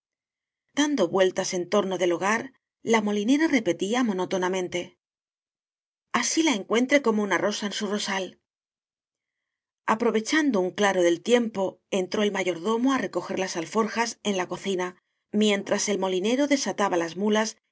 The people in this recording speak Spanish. dando vueltas en torno del hogar la moli nera repetía monótonamente así la encuentre como una rosa en su rosal aprovechando un claro del tiempo entró el mayordomo á recoger las alforjas en la cocina mientras el molinero desataba las muías y